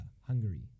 Hungary